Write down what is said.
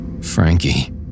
Frankie